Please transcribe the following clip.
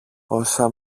όσα